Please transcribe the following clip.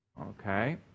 Okay